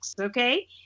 Okay